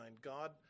God